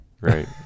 Right